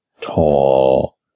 tall